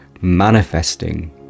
manifesting